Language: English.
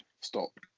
stop